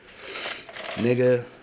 Nigga